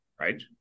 right